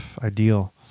ideal